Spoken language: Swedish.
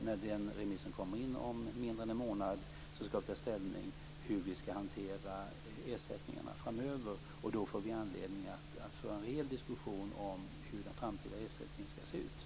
När den remissen kommer in, om mindre än en månad, skall vi ta ställning till hur vi skall hantera ersättningarna framöver. Då får vi anledning att föra en rejäl diskussion om hur den framtida ersättningen skall se ut.